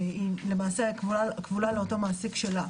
היא למעשה כבולה לאותו מעסיק שלה.